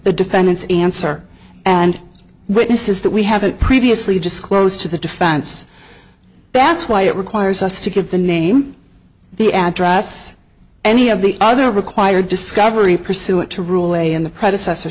the defendant's answer and witnesses that we haven't previously disclosed to the defense that's why it requires us to give the name the address any of the other required discovery pursuant to rule a in the predecessor